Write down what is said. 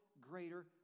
greater